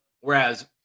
whereas